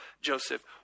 Joseph